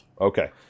Okay